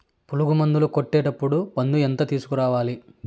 పులుగు మందులు కొట్టేటప్పుడు మందు ఎంత తీసుకురావాలి?